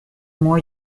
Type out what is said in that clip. more